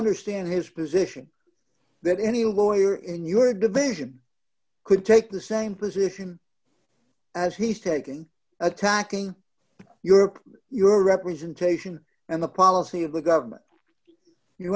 understand his position that any lawyer in your division could take the same position as he's taken attacking europe your representation and the policy of the government you